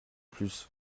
plus